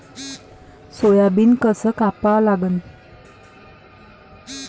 Soybean कस कापा लागन?